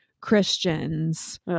Christians